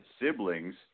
siblings